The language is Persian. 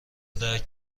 درک